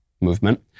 movement